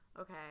Okay